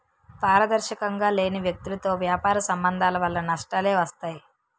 పారదర్శకంగా లేని వ్యక్తులతో వ్యాపార సంబంధాల వలన నష్టాలే వస్తాయి